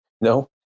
no